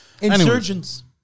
Insurgents